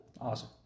Awesome